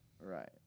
Right